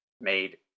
made